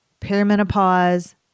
perimenopause